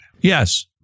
Yes